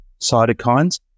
cytokines